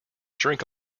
drink